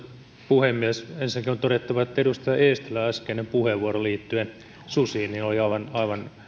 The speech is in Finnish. puhemies ensinnäkin on todettava että edustaja eestilän äskeinen puheenvuoro liittyen susiin oli aivan